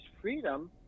freedom